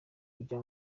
kujya